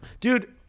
dude